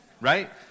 Right